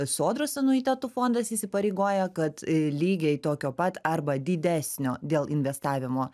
sodros anuitetų fondas įsipareigoja kad lygiai tokio pat arba didesnio dėl investavimo